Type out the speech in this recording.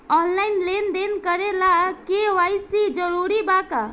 Online लेन देन करे ला के.वाइ.सी जरूरी बा का?